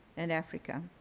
and africa.